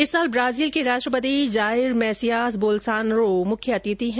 इस साल ब्राजील के राष्ट्रपति जाइर मेसियास बोलसोनारो मुख्य अतिथि है